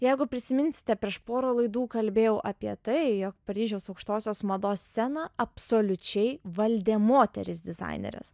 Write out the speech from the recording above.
jeigu prisiminsite prieš porą laidų kalbėjau apie tai jog paryžiaus aukštosios mados sceną absoliučiai valdė moterys dizainerės